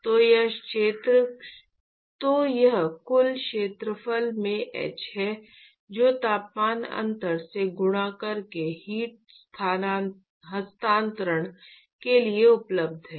तो यह कुल क्षेत्रफल में h है जो तापमान अंतर से गुणा करके हीट हस्तांतरण के लिए उपलब्ध है